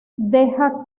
deja